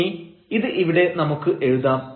ഇനി ഇത് ഇവിടെ നമുക്ക് എഴുതാം